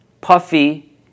puffy